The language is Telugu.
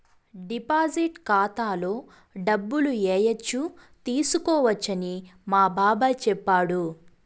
డిపాజిట్ ఖాతాలో డబ్బులు ఏయచ్చు తీసుకోవచ్చని మా బాబాయ్ చెప్పాడు